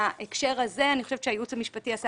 בהקשר הזה אני חושבת שהייעוץ המשפטי של הוועדה עשה